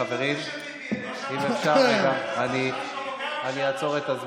תבואי אליי, אני אגיד לך.